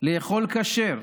לאכול כשר,